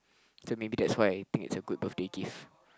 so maybe that's why I think it's a good birthday gift